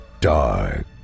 dark